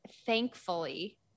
thankfully